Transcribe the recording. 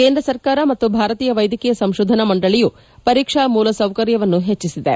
ಕೇಂದ್ರ ಸರ್ಕಾರ ಮತ್ತು ಭಾರತೀಯ ವೈದ್ಯಕೀಯ ಸಂಶೋಧನಾ ಮಂಡಳಿಯು ಪರೀಕ್ಷಾ ಮೂಲಸೌಕರ್ಯವನ್ನು ಹೆಚ್ಚಿಸಿದೆ